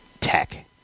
tech